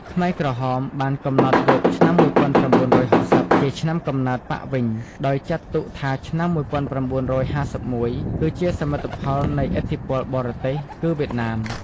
ខ្មែរក្រហមបានកំណត់យកឆ្នាំ១៩៦០ ជាឆ្នាំកំណើតបក្សវិញ ដោយចាត់ទុកថាឆ្នាំ១៩៥១ គឺជាសមិទ្ធផលនៃឥទ្ធិពលបរទេស (គឺវៀតណាម)។